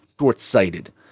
short-sighted